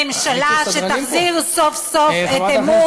ממשלה שתחזיר סוף-סוף את אמון הציבור.